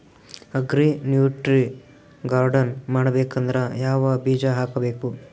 Agri nutri garden ಮಾಡಬೇಕಂದ್ರ ಯಾವ ಬೀಜ ಹಾಕಬೇಕು?